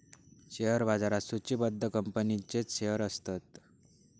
share बाजारात सुचिबद्ध कंपनींचेच शेअर्स असतत